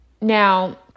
Now